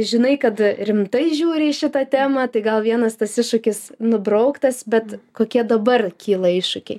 žinai kad rimtai žiūri į šitą temą tai gal vienas tas iššūkis nubrauktas bet kokie dabar kyla iššūkiai